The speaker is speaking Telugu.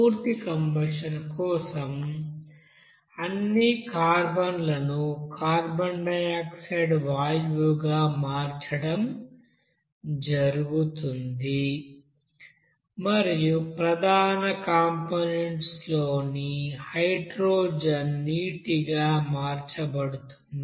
పూర్తి కంబషన్ కోసం అన్ని కార్బన్లను కార్బన్ డయాక్సైడ్ వాయువుగా మార్చడం జరుగుతుంది మరియు ప్రధాన కంపోనెంట్స్ లోని హైడ్రోజన్ నీటిగా మార్చబడుతుంది